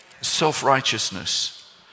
self-righteousness